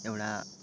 एउटा